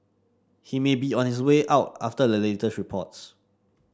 he may be on his way out after the latest reports